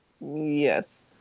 yes